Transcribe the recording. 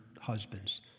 husbands